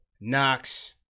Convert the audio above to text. Knox